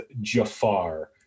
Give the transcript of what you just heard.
Jafar